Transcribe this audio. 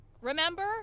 remember